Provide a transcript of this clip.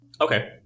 Okay